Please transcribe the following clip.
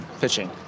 Pitching